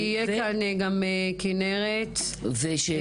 תהיה כאן גם כנרת אלמליח,